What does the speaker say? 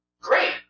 Great